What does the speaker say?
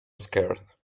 scared